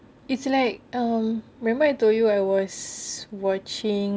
it's like um remember I told you I was watching